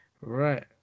Right